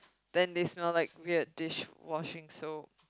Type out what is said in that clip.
then they smell like weird dish washing soap